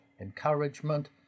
encouragement